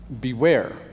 beware